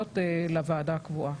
הסמכויות לוועדה הקבועה.